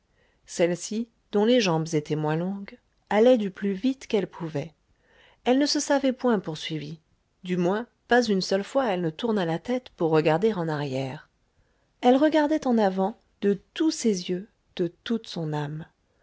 celle-ci dont les jambes étaient moins longues allait du plus vite qu'elle pouvait elle ne se savait point poursuivie du moins pas une seule fois elle ne tourna la tête pour regarder en arrière elle regardait en avant de tous ses yeux de toute son âme